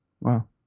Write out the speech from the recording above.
Wow